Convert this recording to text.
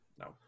No